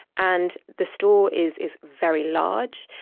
and the store is is very large,